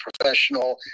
professional